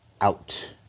out